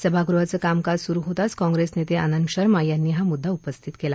सभागृहाचं कामकाज स्रु होताच काँग्रेस नेते आनंद शर्मा यांनी हा मुद्दा उपस्थित केला